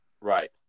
right